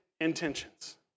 intentions